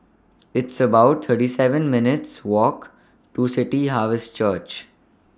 It's about thirty seven minutes' Walk to City Harvest Church